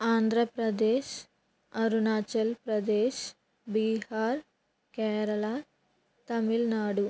Andhra Pradesh Arunachal Pradesh Bihar Kerala Tamil Nadu